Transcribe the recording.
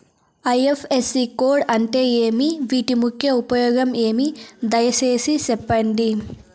IFSC code అంటే ఏమి? వీటి ముఖ్య ఉపయోగం ఏమి? దయసేసి సెప్పండి?